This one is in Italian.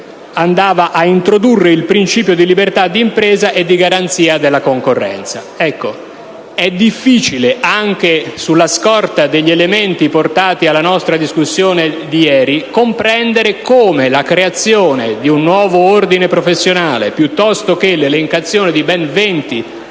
andava a introdurre il principio di libertà di impresa e di garanzia della concorrenza. Ecco, è difficile, anche sulla scorta degli elementi portati alla nostra discussione di ieri, comprendere come la creazione di un nuovo ordine professionale piuttosto che l'elencazione di ben 20